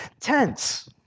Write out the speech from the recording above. tense